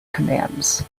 commands